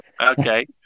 Okay